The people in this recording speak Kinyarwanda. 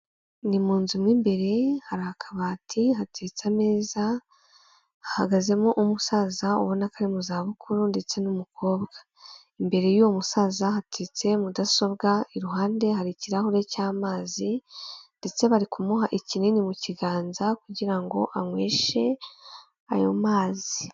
Ni mu nzu mo imbere, hari akabati hateretse ameza, hahagazemo umusaza ubona ko ari mu zabukuru ndetse n'umukobwa, imbere y'uwo musaza hateretse mudasobwa, iruhande hari ikirahure cy'amazi ndetse bari kumuha ikinini mu kiganza kugira ngo anyweshe ayo mazi.